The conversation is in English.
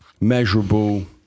measurable